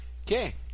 Okay